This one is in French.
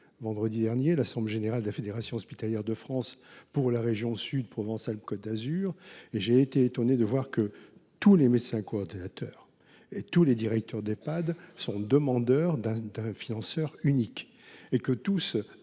vendredi dernier, l’assemblée générale de la Fédération hospitalière de France pour la région Sud Provence Alpes Côte d’Azur. J’ai été étonné de constater que tous les médecins coordonnateurs et tous les directeurs d’Ehpad souhaitent l’instauration d’un financeur unique. Et tous,